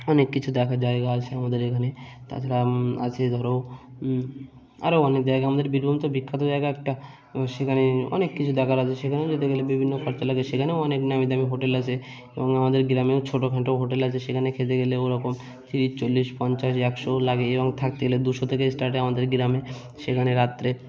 অনেক কিছু দেখার জায়গা আছে আমাদের এখানে তাছাড়া আছে ধরো আরও অনেক জায়গা আমাদের বীরভূম তো বিখ্যাত জায়গা একটা এবার সেখানে অনেক কিছু দেখার আছে সেখানেও যেতে গেলে বিভিন্ন খরচা লাগে সেখানেও অনেক নামি দামি হোটেল আছে এবং আমাদের গ্রামেও ছোটো খাটো হোটেল আছে সেখানে খেতে গেলে ওরকম তিরিশ চল্লিশ পঞ্চাশ একশো লাগে এবং থাকতে গেলে দুশো থেকে স্টার্ট হয় আমাদের গ্রামে সেখানে রাত্রে